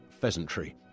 pheasantry